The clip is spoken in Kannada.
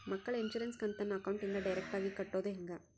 ಮಕ್ಕಳ ಇನ್ಸುರೆನ್ಸ್ ಕಂತನ್ನ ಅಕೌಂಟಿಂದ ಡೈರೆಕ್ಟಾಗಿ ಕಟ್ಟೋದು ಹೆಂಗ?